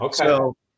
Okay